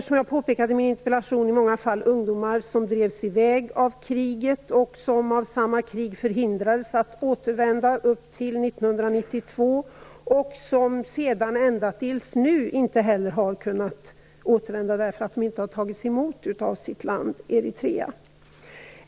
Som jag påpekade i min interpellation rör det sig i detta fall om ungdomar som drevs i väg av kriget och som av samma krig förhindrades att återvända fram till 1992. De har inte heller kunnat återvända senare fram till nu, därför att de inte har tagits emot av sitt land Eritrea.